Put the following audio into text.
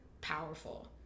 powerful